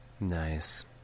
nice